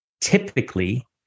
typically